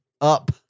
up